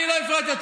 אני לא הפרעתי לך.